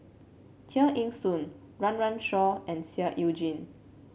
Tear Ee Soon Run Run Shaw and Seah Eu Chin